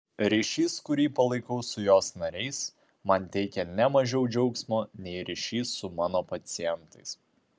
ryšys kurį palaikau su jos nariais man teikia ne mažiau džiaugsmo nei ryšys su mano pacientais